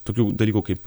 tokių dalykų kaip